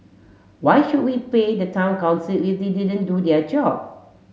why should we pay the town council they didn't do their job